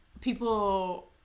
people